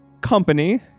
Company